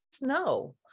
No